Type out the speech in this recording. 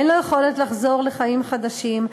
אין לו יכולת לחזור לחיים חדשים.